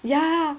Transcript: ya